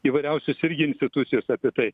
įvairiausios institucijos apie tai